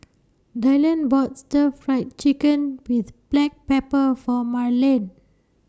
Dylon bought Stir Fried Chicken with Black Pepper For Marlin